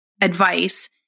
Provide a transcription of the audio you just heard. advice